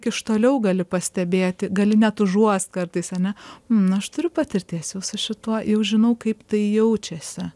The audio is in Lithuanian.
iš toliau gali pastebėti gali net užuost kartais ane n aš turiu patirties jau su šituo jau žinau kaip tai jaučiasi